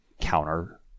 counter